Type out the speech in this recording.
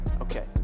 okay